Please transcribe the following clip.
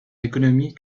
économies